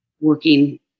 working